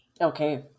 Okay